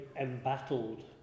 embattled